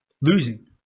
losing